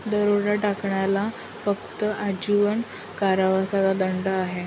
दरोडा टाकण्याला फक्त आजीवन कारावासाचा दंड आहे